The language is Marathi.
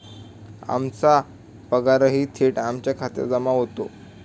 आमचा पगारही थेट आमच्या खात्यात जमा होतो